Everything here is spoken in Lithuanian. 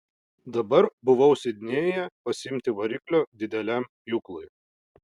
dabar buvau sidnėjuje pasiimti variklio dideliam pjūklui